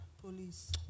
Police